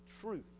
truth